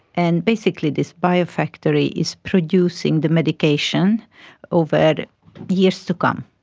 and basically this bio-factory is producing the medication over years to come.